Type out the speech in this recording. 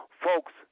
Folks